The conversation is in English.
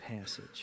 passage